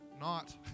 not-